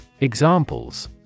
Examples